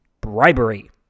Bribery